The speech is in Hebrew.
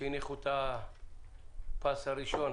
עת הניחו את הפס הראשון,